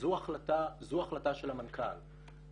זו החלטה של המנכ"ל.